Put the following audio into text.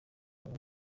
wari